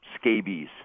scabies